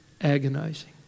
agonizing